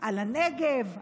על הנגב,